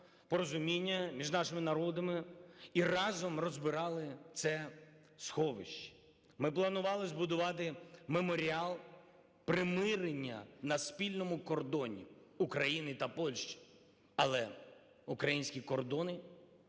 порозуміння між нашими народами і разом розбирали це сховище. Ми планували збудувати Меморіал примирення на спільному кордоні України та Польщі. Але українські кордони